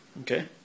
Okay